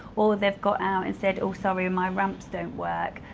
or they've got out and said, oh sorry, my ramps don't work.